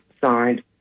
signed